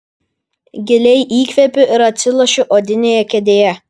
giliai įkvepiu ir atsilošiu odinėje kėdėje